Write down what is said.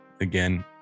again